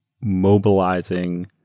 mobilizing